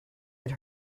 had